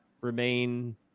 remain